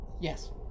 Yes